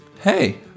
Hey